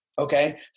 okay